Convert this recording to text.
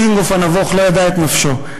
דיזנגוף הנבוך לא ידע את נפשו,